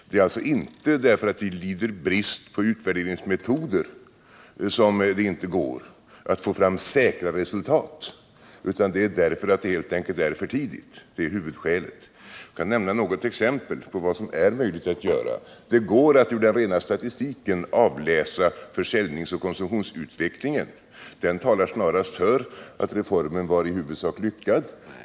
Det är alltså inte därför att vi lider brist på utvärderingsmetoder som det inte går att få fram säkra resultat, utan det är därför att det helt enkelt är för tidigt — det är huvudskälet. Jag kan dock nämna några exempel på vad som är möjligt att göra. Det går att ur den rena statistiken avläsa försäljningsoch konsumtionsutvecklingen. Den talar snarast för att reformen varit i huvudsak lyckad.